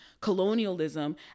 colonialism